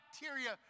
bacteria